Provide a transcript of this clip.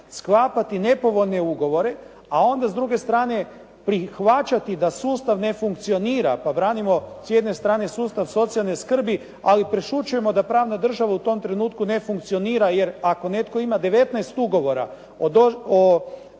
sklapati nepovoljne ugovore, a onda s druge strane prihvaćati da sustav ne funkcionira, pa branimo s jedne strane sustav socijalne skrbi ali prešućujemo da pravna država u tom trenutku ne funkcionira, jer ako netko ima 19 ugovora o